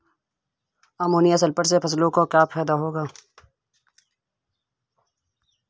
Ammonium sulphate से फसलों को क्या फायदा होगा?